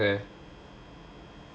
okay